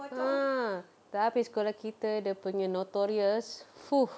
ah tapi sekolah kita dia punya notorious !fuh!